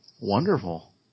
Wonderful